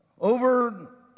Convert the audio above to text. Over